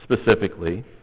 specifically